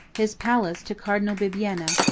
his palace to cardinal bibbiena,